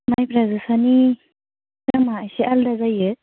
माइब्रा जोसानि दामआ एसे आलादा जायो